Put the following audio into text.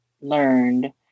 learned